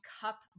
cup